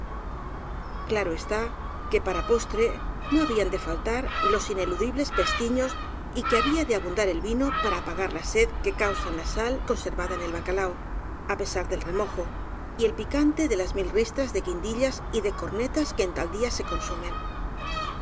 claro está que para postre no habían de faltar los ineludibles pestiños y que había de abundar el vino para apagar la sed que causan la sal conser vada en el bacalao á pesar del remojo y el pican te de las mil ristras de guindillas y de cornetas que en tal día se consumen